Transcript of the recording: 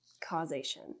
causation